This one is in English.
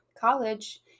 college